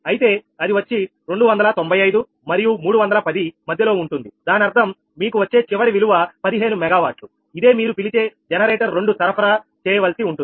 అయితే అది వచ్చి 295 మరియు 310 మధ్యలో ఉంటుంది దాని అర్థం మీకు వచ్చే చివరి విలువ 15 MW ఇదే మీరు పిలిచే జనరేటర్ 2 సరఫరా చేయవలసి ఉంటుంది